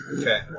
Okay